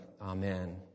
amen